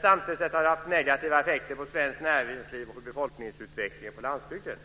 Samtidigt har det haft negativa effekter på svenskt näringsliv, på befolkningsutveckling och på landsbygden.